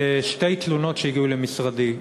לשתי תלונות שהגיעו למשרדי.